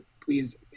please